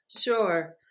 Sure